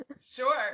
sure